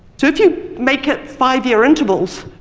so if you make it five year intervals,